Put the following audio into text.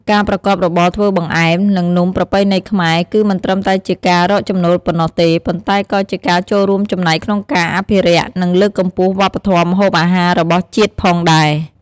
ការប្រកបរបរធ្វើបង្អែម និងនំប្រពៃណីខ្មែរ គឺមិនត្រឹមតែជាការរកចំណូលប៉ុណ្ណោះទេ ប៉ុន្តែក៏ជាការចូលរួមចំណែកក្នុងការអភិរក្ស និងលើកកម្ពស់វប្បធម៌ម្ហូបអាហាររបស់ជាតិផងដែរ។